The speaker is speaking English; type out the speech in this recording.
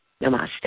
Namaste